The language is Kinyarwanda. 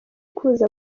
guhuza